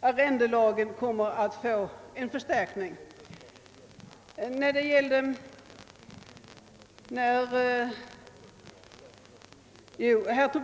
arrendelagen att få en förstärkning, det är jag medveten om.